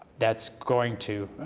that's going to